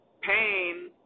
pain